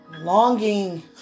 Longing